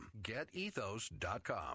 GetEthos.com